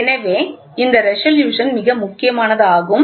எனவே இந்த ரெசல்யூசன் மிக முக்கியமானது ஆகும்